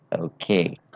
okay